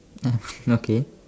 okay